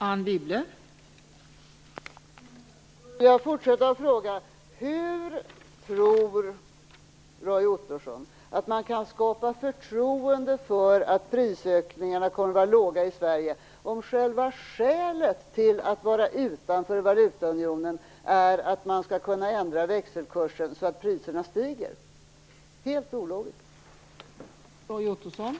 Fru talman! Får jag då fortsätta att fråga: Hur tror Roy Ottosson att man skall skapa förtroende för att prisökningarna kommer att vara låga i Sverige om själva skälet till att vara utanför valutaunionen är att man skall kunna ändra växelkursen så att priserna stiger? Det är helt ologiskt!